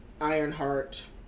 Ironheart